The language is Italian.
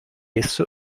esso